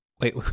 Wait